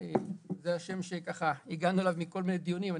וזה השם שהגענו אליו מכל מיני דיונים,